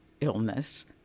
illness